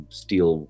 steel